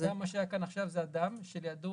האדם שהיה כאן עכשיו זה אדם שלידו